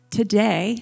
today